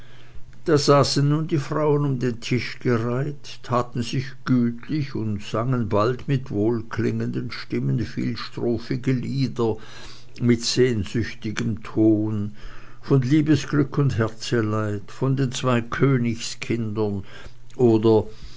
da saßen nun die frauen um den tisch gereiht taten sich gütlich und sangen bald mit wohlklingenden stimmen vielstrophige lieder mit sehnsüchtigem ton von liebesglück und herzeleid von den zwei königskindern oder